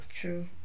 True